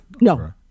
No